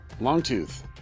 longtooth